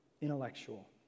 intellectual